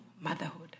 motherhood